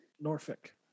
Norfolk